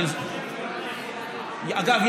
אגב,